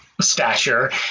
stature